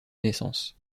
naissance